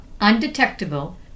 undetectable